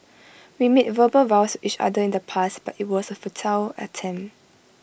we made verbal vows each other in the past but IT was A futile attempt